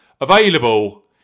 available